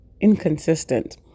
inconsistent